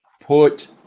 Put